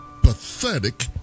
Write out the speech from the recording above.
pathetic